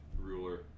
ruler